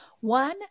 One